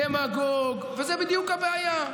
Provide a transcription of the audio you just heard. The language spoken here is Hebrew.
דמגוג, וזו בדיוק הבעיה,